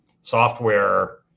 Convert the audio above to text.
Software